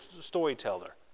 storyteller